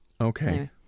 Okay